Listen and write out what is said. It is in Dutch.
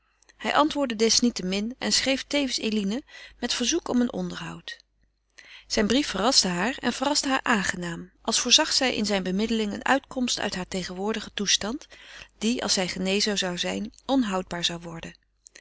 hij antwoordde desniettemin en schreef tevens eline met verzoek om een onderhoud zijn brief verraste haar en verraste haar aangenaam als voorzag zij in zijn bemiddeling eene uitkomst uit haren tegenwoordigen toestand die als zij genezen zou zijn onhoudbaar zou worden